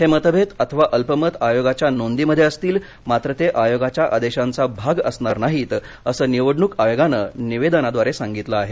हे मतभेद अथवा अल्पमत आयोगाच्या नोंदींमध्ये असतील मात्र ते आयोगाच्या आदेशांचा भाग असणार नाहीत असं निवडणूक आयोगानं निवेदनाद्वारे सांगितलं आहे